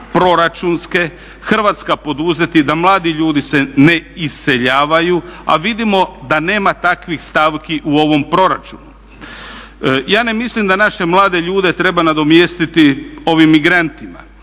Hrvatska poduzeti da mladi ljudi se ne iseljavaju a vidimo da nema takvih stavki u ovom proračunu. Ja ne mislim da naše mlade ljude treba nadomjestiti ovim migrantima,